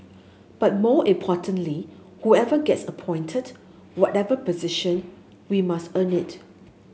but more importantly whoever gets appointed whatever position we must earn it